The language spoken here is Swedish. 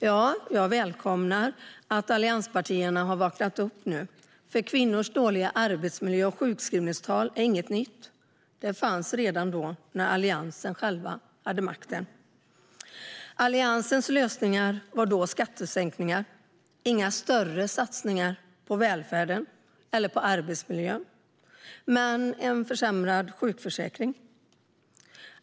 Jag välkomnar att allianspartierna har vaknat upp nu, för kvinnors dåliga arbetsmiljö och sjukskrivningstal är inget nytt. De problemen fanns när Alliansen själv hade makten. Alliansens lösning var då skattesänkningar, inga större satsningar på välfärd eller arbetsmiljö och en försämrad sjukförsäkring.